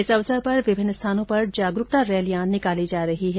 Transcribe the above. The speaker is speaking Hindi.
इस अवसर पर विभिन्न स्थानों पर जागरूकता रैलियाँ निकाली जा रही है